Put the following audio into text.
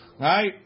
right